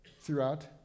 throughout